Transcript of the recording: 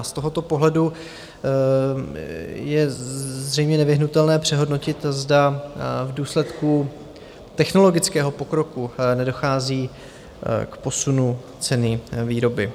Z tohoto pohledu je zřejmě nevyhnutelné přehodnotit, zda v důsledku technologického pokroku nedochází k posunu ceny výroby.